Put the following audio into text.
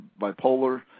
bipolar